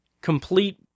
complete